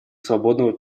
свободного